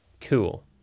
Cool